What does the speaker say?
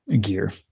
gear